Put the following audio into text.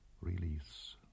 release